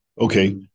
Okay